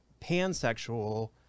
pansexual